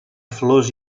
flors